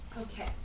Okay